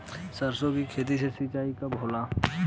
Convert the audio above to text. सरसों की खेती के सिंचाई कब होला?